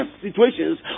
situations